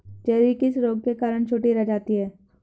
Cherry किस रोग के कारण छोटी रह जाती है?